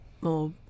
more